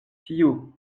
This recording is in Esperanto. tiu